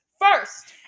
first